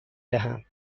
دهم